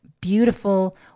beautiful